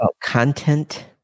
content